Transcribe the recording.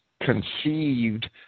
conceived